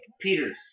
Peters